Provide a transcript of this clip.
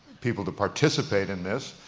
people to participate in this.